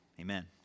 Amen